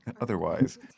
otherwise